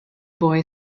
boy